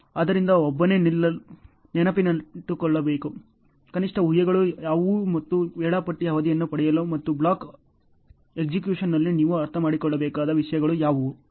ಆದ್ದರಿಂದ ಒಬ್ಬನು ನೆನಪಿನಲ್ಲಿಟ್ಟುಕೊಳ್ಳಬೇಕಾದ ಕನಿಷ್ಟ ಊಹೆಗಳು ಯಾವುವು ಮತ್ತು ವೇಳಾಪಟ್ಟಿ ಅವಧಿಯನ್ನು ಪಡೆಯಲು ಮತ್ತು ಬ್ಲಾಕ್ ಎಕ್ಸಿಕ್ಯೂಶನ್ ನಲ್ಲಿ ನೀವು ಅರ್ಥಮಾಡಿಕೊಳ್ಳಬೇಕಾದ ವಿಷಯಗಳು ಯಾವುವು